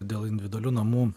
dėl individualių namų